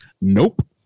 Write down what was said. Nope